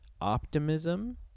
optimism